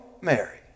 Mary